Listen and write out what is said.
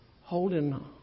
holding